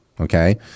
Okay